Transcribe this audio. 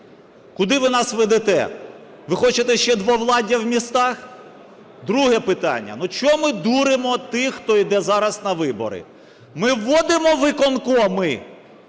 Куди ви нас ведете? Ви хочете, ще двовладдя в містах? Друге питання. Чому ми дуримо тих, хто іде зараз на вибори? Ми вводимо виконкоми